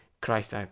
Christ